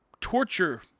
torture